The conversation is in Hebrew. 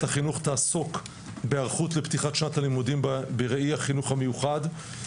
החינוך תעסוק בהיערכות לפתיחת שנת הלימודים בראי החינוך המיוחד,